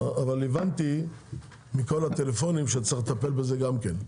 אבל מכל הטלפונים הבנתי שצריך לטפל גם בזה.